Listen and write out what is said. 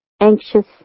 anxious